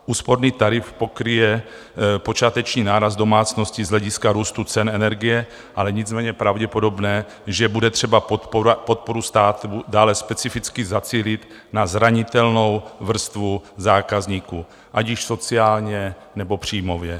Úsporný tarif pokryje počáteční náraz domácností z hlediska růstu cen energie, ale nicméně je pravděpodobné, že bude třeba podporu státu dále specificky zacílit na zranitelnou vrstvu zákazníků, ať již sociálně, nebo příjmově.